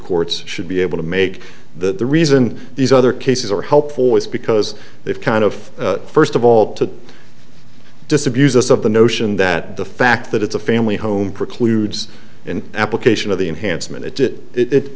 courts should be able to make that the reason these other cases are helpful is because they've kind of first of all to disabuse us of the notion that the fact that it's a family home precludes an application of the enhance